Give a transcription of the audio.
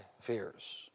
fears